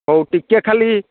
ହଉ ଟିକେ ଖାଲି